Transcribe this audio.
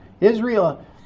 Israel